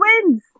wins